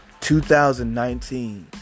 2019